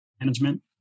management